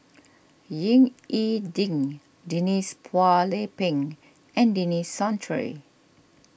Ying E Ding Denise Phua Lay Peng and Denis Santry